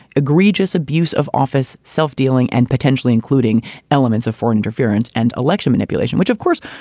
egregious abuse of office self-dealing and potentially including elements of foreign interference and election manipulation, which, of course,